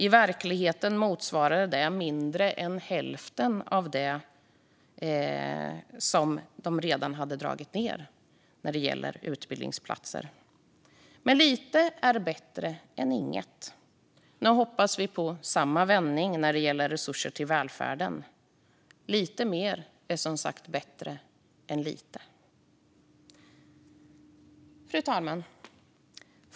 I verkligheten motsvarade det mindre än hälften av vad de redan hade dragit ned när det gäller utbildningsplatser. Men lite är bättre än inget. Nu hoppas vi på samma vändning när det gäller resurser till välfärden. Lite mer är som sagt bättre än lite. Fru talman!